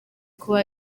kuba